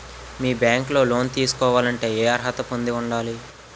మీ bank లో loan తీసుకోవాలంటే ఎం అర్హత పొంది ఉండాలి?